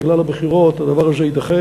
בגלל הבחירות, הדבר הזה יידחה.